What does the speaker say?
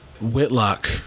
Whitlock